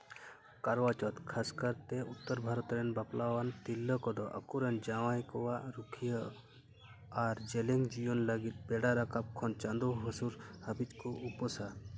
ᱠᱟᱨᱣᱟ ᱪᱳᱛᱷ ᱠᱷᱟᱥ ᱠᱟᱨᱛᱮ ᱩᱛᱛᱚᱨ ᱵᱷᱟᱨᱚᱛ ᱨᱮᱱ ᱵᱟᱯᱞᱟᱣᱟᱱ ᱛᱤᱨᱞᱟᱹ ᱠᱚᱫᱚ ᱟᱠᱚᱨᱮᱱ ᱡᱟᱶᱟᱭ ᱠᱚᱣᱟᱜ ᱨᱩᱠᱷᱤᱭᱟᱹ ᱟᱨ ᱡᱮᱞᱮᱧ ᱡᱤᱭᱚᱱ ᱞᱟᱹᱜᱤᱫ ᱵᱮᱲᱟ ᱨᱟᱠᱟᱵ ᱠᱷᱚᱱ ᱪᱟᱸᱫᱳ ᱦᱟᱹᱥᱩᱨᱚᱜ ᱦᱟᱹᱵᱤᱡ ᱠᱚ ᱩᱯᱟᱹᱥᱟ